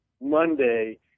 Monday